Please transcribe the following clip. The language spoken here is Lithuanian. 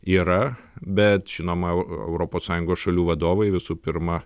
yra bet žinoma europos sąjungos šalių vadovai visų pirma